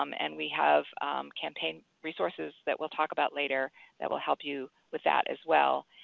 um and we have campaign resources that we'll talk about later that will help you with that as well.